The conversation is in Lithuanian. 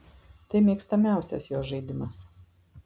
tai mėgstamiausias jos žaidimas